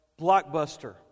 Blockbuster